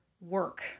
work